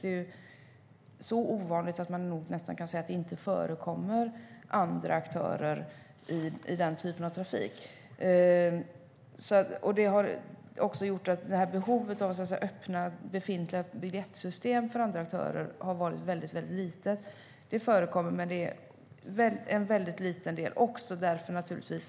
Det är så ovanligt att man kan säga att det nästan inte förekommer andra aktörer i den typen av trafik. Det har gjort att behovet av att öppna befintliga biljettsystem för andra aktörer har varit mycket litet. Det förekommer, men det är en mycket liten del.